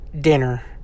dinner